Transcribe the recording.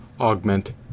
augment